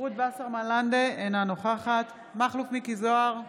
רות וסרמן לנדה, אינה נוכחת מכלוף מיקי זוהר,